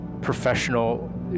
professional